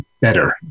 Better